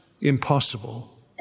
impossible